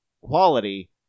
quality